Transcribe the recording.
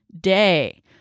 day